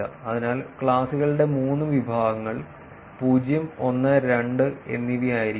അതിനാൽ ക്ലാസുകളുടെ മൂന്ന് വിഭാഗങ്ങൾ 0 1 2 എന്നിവയാക്കിയിരിക്കുന്നു